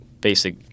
basic